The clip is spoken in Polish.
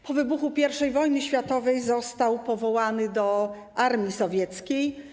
Po wybuchu I wojny światowej został powołany do armii sowieckiej.